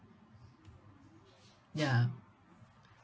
ya